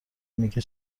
میگه